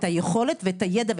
את היכולת את הידע,